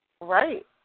Right